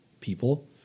people